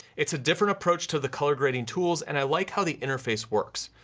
it's a different approach to the color grading tools and i like how the interface works.